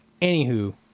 Anywho